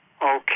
Okay